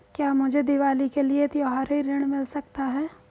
क्या मुझे दीवाली के लिए त्यौहारी ऋण मिल सकता है?